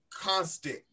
constant